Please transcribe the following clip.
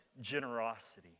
generosity